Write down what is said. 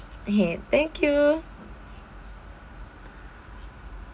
okay thank you